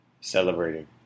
celebrating